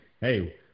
hey